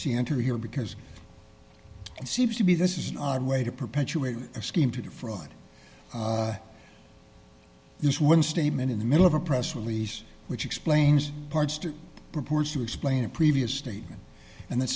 c enter here because it seems to be this is an odd way to perpetuate a scheme to defraud use one statement in the middle of a press release which explains parts to reports to explain a previous statement and that